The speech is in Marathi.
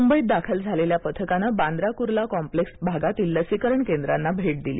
मुंबईत दाखल झालेल्या पथकानं बांद्रा कुर्ला कॉम्प्लेक्स भागातील लसीकरण केंद्राना भेट दिली